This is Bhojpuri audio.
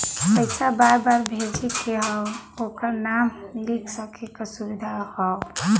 पइसा बार बार भेजे के हौ ओकर नाम लिख सके क सुविधा हौ